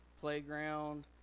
playground